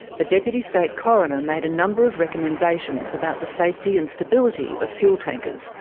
the deputy state coroner made a number of recommendations about the safety and stability of fuel tankers,